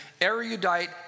erudite